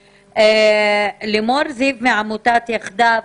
לימור זיו מעמותת "יחדיו",